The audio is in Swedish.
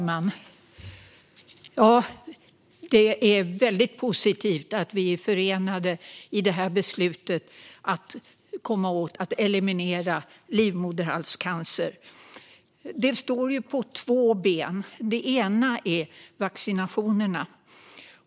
Fru talman! Det är väldigt positivt att vi är förenade i beslutet att eliminera livmoderhalscancer. Detta står på två ben. Det ena är vaccinationerna.